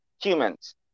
humans